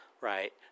right